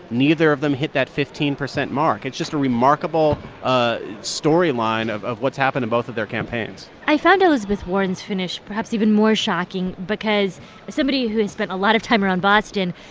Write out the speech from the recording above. neither of them hit that fifteen percent mark. it's just a remarkable ah storyline of of what's happened to both of their campaigns i found elizabeth warren's finish perhaps even more shocking because as somebody who has spent a lot of time around boston,